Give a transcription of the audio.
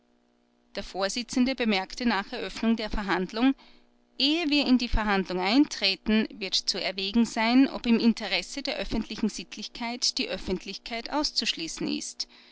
der vorsitzende bemerkte nach eröffnung der verhandlung ehe wir in die verhandlung eintreten wird zu erwägen sein ob im interesse der öffentlichen sittlichkeit die öffentlichkeit auszuschließen ist